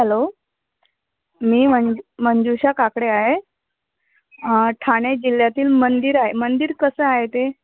hello मी मंज मंजूषा काकडे आहे ठाणे जिल्ह्यातील मंदिर आहे मंदिर कसं आहे ते